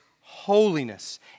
holiness